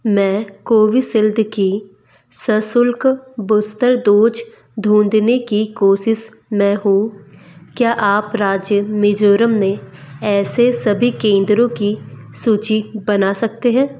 मैं कोविसील्द की सशुल्क बूस्तर दोज ढूँढ़ने की कोशिश में हूँ क्या आप राज्य मिज़ोरम में ऐसे सभी केंद्रों की सूचि बना सकते हैं